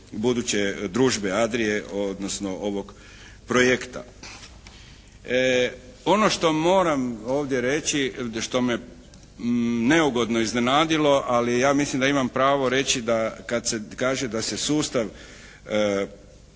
buduće družbe Adrie, odnosno ovog projekta. Ono što moram ovdje reći, što me neugodno iznenadilo, ali ja mislim da imam pravo reći da kad se kaže da se sustav